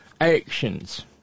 actions